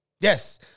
Yes